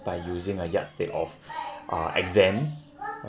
by using a yardstick of uh exams